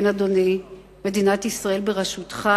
כן, אדוני, מדינת ישראל בראשותך